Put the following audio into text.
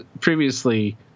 previously